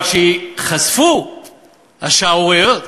אבל כשייחשפו השערוריות,